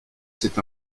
c’est